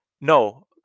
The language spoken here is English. no